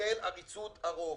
של עריצות הרוב.